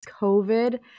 COVID